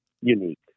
unique